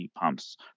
pumps